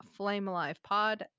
flamealivepod